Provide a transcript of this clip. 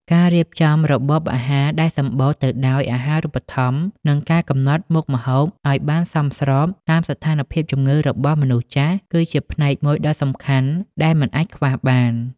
ការរៀបចំរបបអាហារដែលសំបូរទៅដោយអាហារូបត្ថម្ភ និងការកំណត់មុខម្ហូបឱ្យបានសមស្របតាមស្ថានភាពជំងឺរបស់មនុស្សចាស់ គឺជាផ្នែកមួយដ៏សំខាន់ដែលមិនអាចខ្វះបាន។